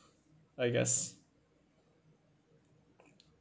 I guess